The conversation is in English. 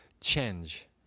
change